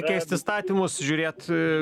keist įstatymus žiūrėt